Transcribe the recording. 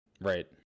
Right